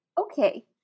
Okay